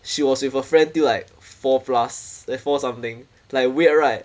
she was with her friend till like four plus eh four something like weird right